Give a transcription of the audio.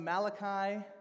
Malachi